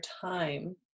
time